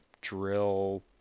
drill